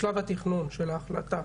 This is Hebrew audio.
בשלב התכנון של ההחלטה.